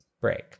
break